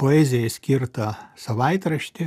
poezijai skirtą savaitraštį